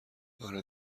آره